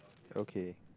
okay